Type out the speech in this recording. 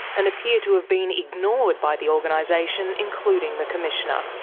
and appear to have been ignored by the organisation, including the commissioner.